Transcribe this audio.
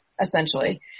essentially